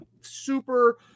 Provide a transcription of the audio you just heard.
super